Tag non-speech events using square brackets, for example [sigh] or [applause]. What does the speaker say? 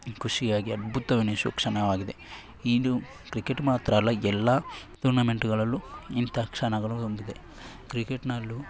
ಖುಷಿಯಾಗಿ ಅದ್ಭುತವೆನಿಸುವ ಕ್ಷಣವಾಗಿದೆ ಇದು ಕ್ರಿಕೆಟ್ ಮಾತ್ರ ಅಲ್ಲ ಎಲ್ಲ ಟೂರ್ನಮೆಂಟ್ಗಳಲ್ಲೂ ಇಂಥ ಕ್ಷಣಗಳು [unintelligible] ಕ್ರಿಕೆಟ್ನಲ್ಲೂ